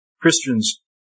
Christians